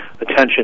attention